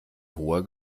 hoher